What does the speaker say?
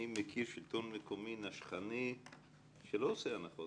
אני מכיר שלטון מקומי נשכני שלא עושה הנחות.